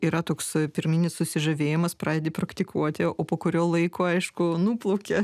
yra toks pirminis susižavėjimas pradedi praktikuoti o po kurio laiko aišku nuplaukia